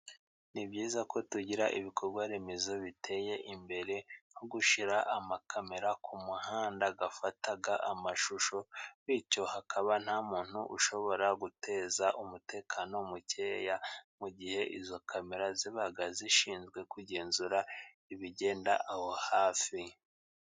Ni byiza ko tugira ibikorwa remezo biteye imbere, nko gushyira amakamera ku muhanda afata amashusho, bityo hakaba nta muntu ushobora guteza umutekano mukeya, mu gihe izo kamera zibaga zishinzwe kugenzura ibigenda aho hafi,